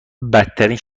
بدترین